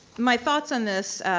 my thoughts on this,